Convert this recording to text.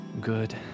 good